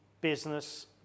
business